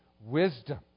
wisdom